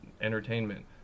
entertainment